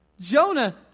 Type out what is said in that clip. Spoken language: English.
Jonah